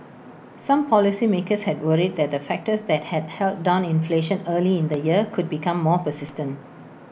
some policymakers had worried that the factors that had held down inflation early in the year could become more persistent